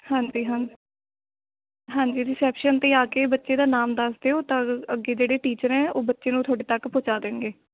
ਹਾਂਜੀ ਹਾਂ ਹਾਂਜੀ ਰਿਸੈਪਸ਼ਨ 'ਤੇ ਆ ਕੇ ਬੱਚੇ ਦਾ ਨਾਮ ਦੱਸ ਦਿਓ ਤਾਂ ਅੱਗੇ ਜਿਹੜੇ ਟੀਚਰ ਹੈ ਉਹ ਬੱਚੇ ਨੂੰ ਤੁਹਾਡੇ ਤੱਕ ਪਹੁੰਚਾ ਦੇਣਗੇ